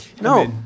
No